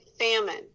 Famine